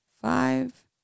five